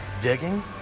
digging